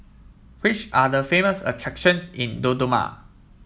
which are the famous attractions in Dodoma